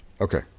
okay